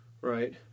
Right